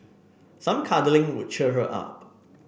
some cuddling would cheer her up